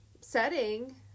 setting